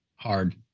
Hard